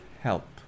help